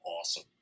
awesome